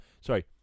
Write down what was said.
sorry